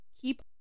keep